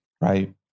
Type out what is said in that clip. Right